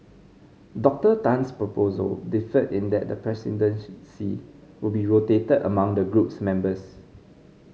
Moctor Tan's proposal differed in that the will be rotated among the group's members